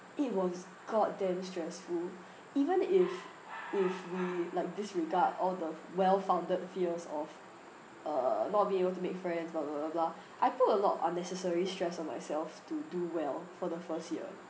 it was god damn stressful even if if we like disregard all the well founded fears of uh not being able to make friends bla bla bla bla I put a lot unnecessary stress on myself to do well for the first year